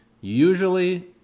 Usually